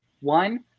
One